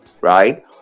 right